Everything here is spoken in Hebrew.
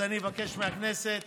אז אני אבקש מהכנסת